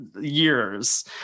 years